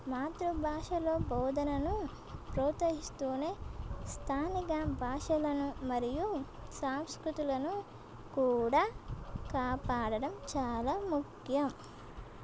మాతృభాషలో బోధనను ప్రోత్సహిస్తూనే స్థానిక భాషలను మరియు సంస్కృతులను కూడా కాపాడడం చాలా ముఖ్యం